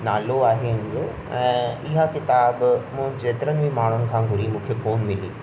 नालो आहे हुन जो ऐं इहा किताब मूं जेतिरनि बि माण्हुनि खां घुरी मूंखे पोइ मिली